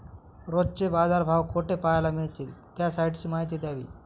रोजचे बाजारभाव कोठे पहायला मिळतील? त्या साईटची माहिती द्यावी